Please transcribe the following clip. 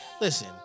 listen